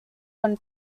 when